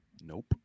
Nope